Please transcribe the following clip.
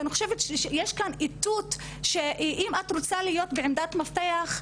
אני חושבת שיש כאן איתות שאם את רוצה להיות בעמדת מפתח,